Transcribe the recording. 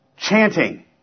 Chanting